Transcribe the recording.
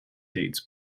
dates